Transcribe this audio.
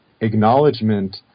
acknowledgement